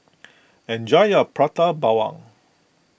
enjoy your Prata Bawang